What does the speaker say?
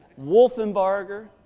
Wolfenbarger